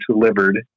delivered